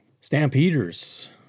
Stampeders